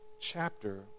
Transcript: chapter